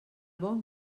bon